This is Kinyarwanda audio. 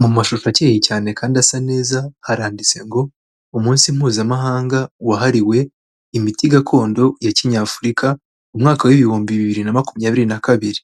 Mu mashusho acyeye cyane kandi asa neza haranditse ngo umunsi mpuzamahanga wahariwe imiti gakondo ya kinyafurika mu mwaka w'ibihumbi bibiri na makumyabiri na kabiri.